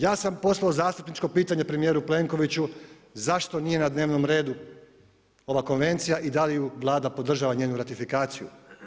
Ja sam poslao zastupničko pitanje premijeru Plenkoviću zašto nije na dnevnom redu ova konvencija i da li ju Vlada podržava njenu ratifikaciju.